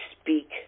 speak